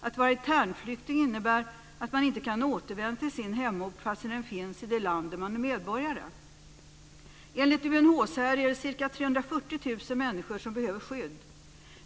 Att vara internflykting innebär att man inte kan återvända till sin hemort fastän den finns i det land man är medborgare i. Enligt UNHCR är de ca 340 000 människor som behöver skydd.